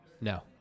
No